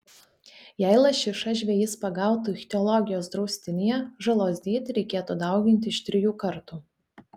jei lašišą žvejys pagautų ichtiologijos draustinyje žalos dydį reikėtų dauginti iš trijų kartų